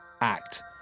act